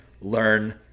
Learn